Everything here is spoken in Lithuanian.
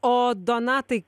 o donatai